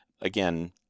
Again